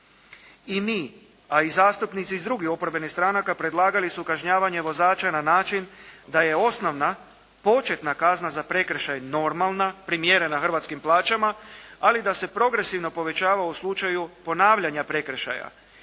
I mi, a i zastupnici iz drugih oporbenih stranaka predlagali su kažnjavanje vozača na način da je osnovna početna kazna za prekršaj normalna, primjerena hrvatskim plaćama ali da se progresivno povećava u slučaju ponavljanja prekršaja.